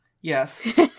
Yes